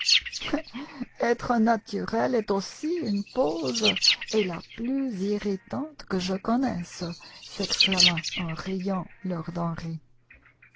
etre naturel est aussi une pose et la plus irritante que je connaisse s'exclama en riant lord